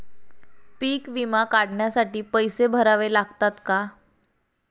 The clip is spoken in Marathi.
पीक विमा काढण्यासाठी पैसे भरावे लागतात का?